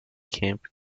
camp